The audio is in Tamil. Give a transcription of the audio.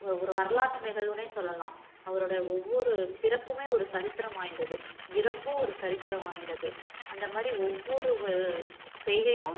ஒரு ஒரு வரலாற்று நிகழ்வுன்னு சொல்லலாம் அவரோட ஒவ்வொரு பிறப்பும் ஒரு சரித்திரம் வாய்ந்தது இறப்பும் ஒரு சரித்திரம் வாய்ந்தது அந்தமாதிரி ஒவ்வொரு செய்கையும்